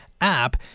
app